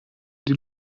die